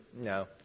no